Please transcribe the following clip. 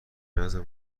نزار